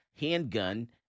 handgun